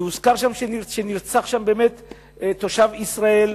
והוזכר שנרצח שם תושב ישראל,